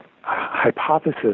hypothesis